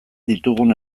ditugun